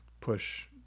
push